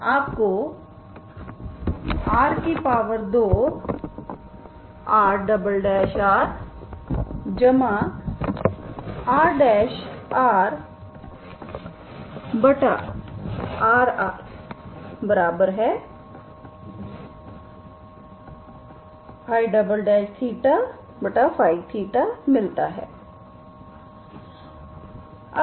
इसलिए आपको r2RrrRrRϴϴ मिलता है